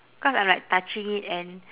cause I'm like touching it and